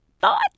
thought